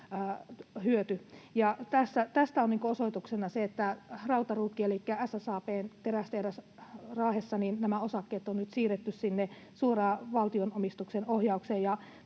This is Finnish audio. Tästä on osoituksena se, että Rautaruukin elikkä SSAB:n Raahen terästehtaan osakkeet on nyt siirretty suoraan valtion omistuksen ohjaukseen.